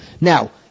Now